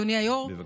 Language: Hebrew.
אדוני היו"ר,